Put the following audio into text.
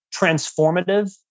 transformative